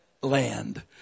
land